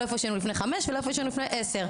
איפה שהיינו לפני חמש שנים ולא איפה שהיינו לפני עשר.